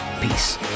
Peace